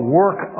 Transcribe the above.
work